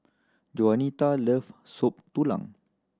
Juanita loves Soup Tulang